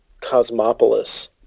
Cosmopolis